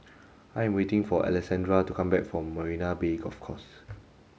I am waiting for Alessandra to come back from Marina Bay Golf Course